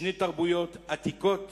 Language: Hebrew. שתי תרבויות עתיקות